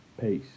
Peace